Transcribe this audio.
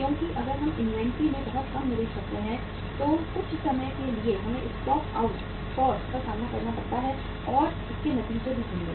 क्योंकि अगर हम इन्वेंट्री में बहुत कम निवेश करते हैं तो कुछ समय के लिए हमें स्टॉक आउट कॉस्ट का सामना करना पड़ता है और इसके नतीजे भी होंगे